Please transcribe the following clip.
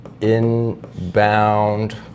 inbound